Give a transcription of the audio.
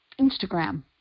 Instagram